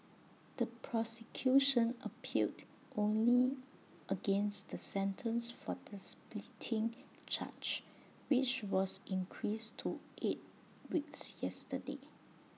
the prosecution appealed only against the sentence for the spitting charge which was increased to eight weeks yesterday